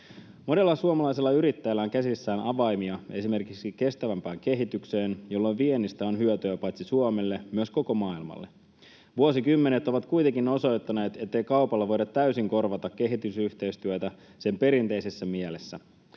Monella suomalaisella yrittäjällä on käsissään avaimia esimerkiksi kestävämpään kehitykseen, jolloin viennistä on hyötyä paitsi Suomelle myös koko maailmalle. Vuosikymmenet ovat kuitenkin osoittaneet, ettei kaupalla voida täysin korvata kehitysyhteistyötä sen perinteisessä mielessä.